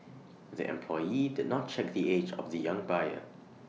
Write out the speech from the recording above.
the employee did not check the age of the young buyer